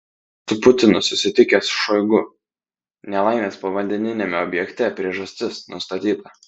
su putinu susitikęs šoigu nelaimės povandeniniame objekte priežastis nustatyta